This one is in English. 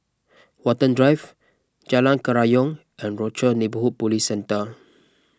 Watten Drive Jalan Kerayong and Rochor Neighborhood Police Centre